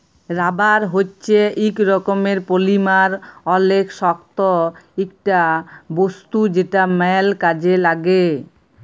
rubber হচ্যে ইক রকমের পলিমার অলেক শক্ত ইকটা বস্তু যেটা ম্যাল কাজে লাগ্যে